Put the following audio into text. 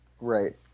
Right